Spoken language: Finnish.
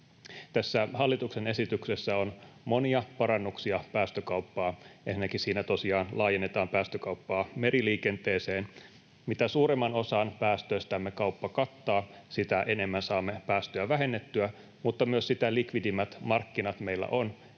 Tässä hallituksen esityksessä on monia parannuksia päästökauppaan. Ensinnäkin siinä tosiaan laajennetaan päästökauppaa meriliikenteeseen. Mitä suuremman osan päästöistämme kauppa kattaa, sitä enemmän saamme päästöjä vähennettyä, mutta myös sitä likvidimmät markkinat meillä on